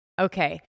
Okay